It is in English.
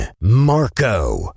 Marco